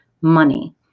money